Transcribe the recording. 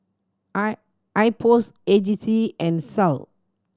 I IPOS A G C and SAL